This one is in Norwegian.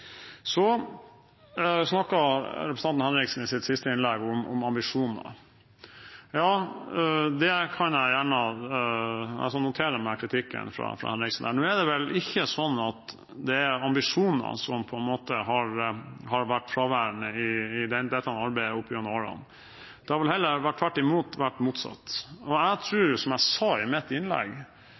Så snakket representanten Henriksen i sitt siste innlegg om ambisjoner. Ja, jeg skal notere meg kritikken fra Henriksen. Nå er det vel ikke sånn at det er ambisjoner som har vært fraværende i dette arbeidet opp gjennom årene. Det har vel heller vært tvert imot – vært motsatt. Jeg er, som